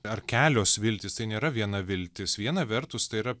ar kelios viltys tai nėra viena viltis viena vertus tai yra